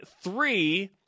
three